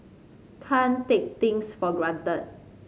can't take things for granted